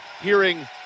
hearing